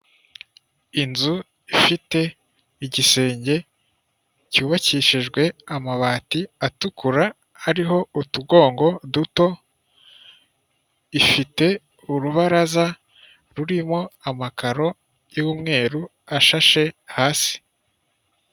Inzu ifite igisenge cy'ubakishijwe amabati atukura hariho utugongo duto ifite urubaraza rurimo amakaro y'umweru ashashe hasi.